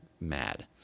mad